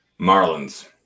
Marlins